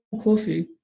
coffee